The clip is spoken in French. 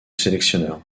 sélectionneur